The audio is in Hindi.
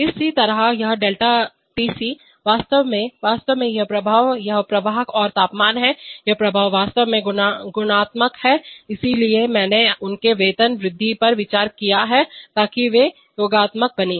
इसी तरह यह ΔTC वास्तव में वास्तव में ये प्रभाव यह प्रवाह और तापमान हैं ये प्रभाव वास्तव में गुणात्मक हैं इसलिए मैंने उनके वेतन वृद्धि पर विचार किया है ताकि वे योगात्मक बनें